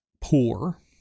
poor